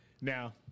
Now